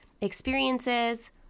experiences